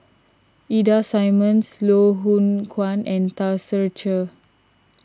Ida Simmons Loh Hoong Kwan and Tan Ser Cher